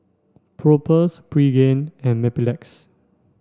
Propass Pregain and Mepilex